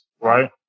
right